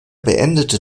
beendete